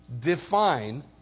define